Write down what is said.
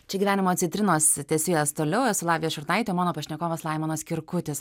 čia gyvenimo citrinos tęsiu jas toliau esu lavija šurnaitė o mano pašnekovas laimonas kirkutis